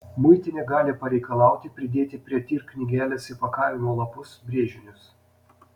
muitinė gali pareikalauti pridėti prie tir knygelės įpakavimo lapus brėžinius